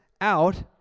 out